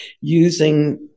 using